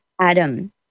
Adam